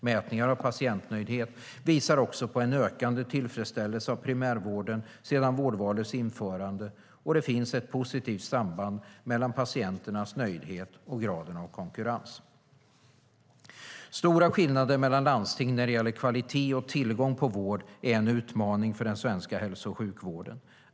Mätningar av patientnöjdhet visar också på en ökande tillfredsställelse med primärvården sedan vårdvalets införande, och det finns ett positivt samband mellan patienternas nöjdhet och graden av konkurrens. Stora skillnader mellan landsting när det gäller kvalitet och tillgång på vård är en utmaning för den svenska hälso och sjukvården.